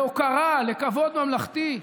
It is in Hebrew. להוקרה, לכבוד ממלכתי.